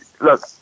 look